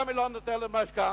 היא גם לא נותנת למשכנתה,